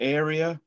area